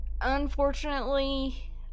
unfortunately